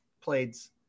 Plates